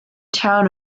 town